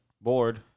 Bored